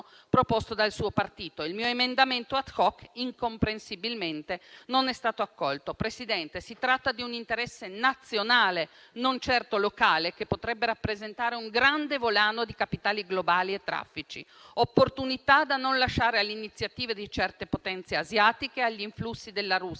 proposto dal suo partito. Il mio emendamento *ad hoc* incomprensibilmente non è stato accolto. Presidente, si tratta di un interesse nazionale e non certo locale, che potrebbe rappresentare un grande volano di capitali globali e traffici. Opportunità da non lasciare all'iniziativa di certe potenze asiatiche e agli influssi della Russia.